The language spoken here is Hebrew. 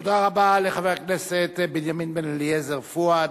תודה רבה לחבר הכנסת בנימין בן-אליעזר, פואד.